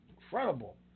Incredible